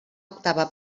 octava